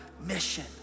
mission